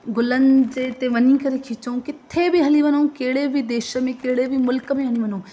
गुलनि जे इते वञी करे खीचूं किथे बि हली वञूं कहिड़े बि देश में कहिड़े बि मुल्क में हली वञूं